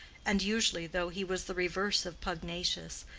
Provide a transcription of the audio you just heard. and usually, though he was the reverse of pugnacious,